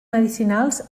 medicinals